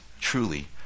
truly